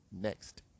Next